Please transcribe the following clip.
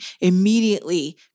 immediately